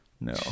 No